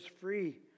free